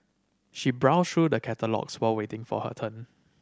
she browsed through the catalogues while waiting for her turn